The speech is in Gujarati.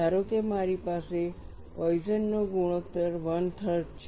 ધારો કે મારી પાસે પોઈઝન નો ગુણોત્તર 13 છે